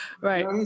Right